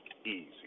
easy